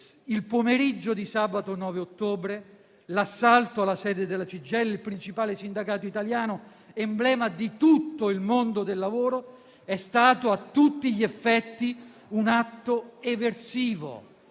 Il pomeriggio di sabato 9 ottobre l'assalto alla sede della CGIL, il principale sindacato italiano, emblema di tutto il mondo del lavoro, è stato a tutti gli effetti un atto eversivo,